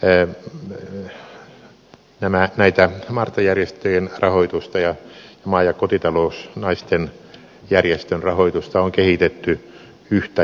tähän saakka näiden marttajärjestöjen rahoitusta ja maa ja kotitalousnaisten järjestön rahoitusta on kehitetty yhtä jalkaa